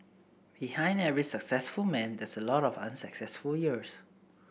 behind every successful man there's a lot of unsuccessful years